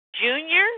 Junior